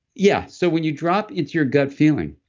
yeah. so when you drop into your gut feeling,